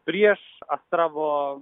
prieš astravo